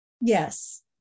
Yes